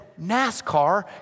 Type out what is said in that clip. NASCAR